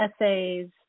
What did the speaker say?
essays